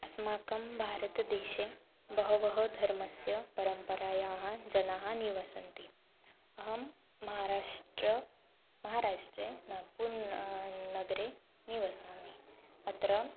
अस्माकं भारतदेशे बहवः धर्मस्य परम्परायाः जनाः निवसन्ति अहं महाराष्ट्रं महाराष्ट्रे नागपूर् न नगरे निवसामि अत्र